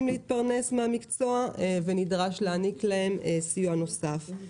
להתפרנס מהמקצוע ונדרש להעניק להם סיוע נוסף,